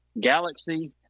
Galaxy